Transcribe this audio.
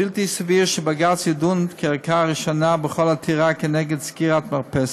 בלתי סביר שבג"ץ ידון כערכאה ראשונה בכל עתירה כנגד סגירת מרפסת.